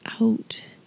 out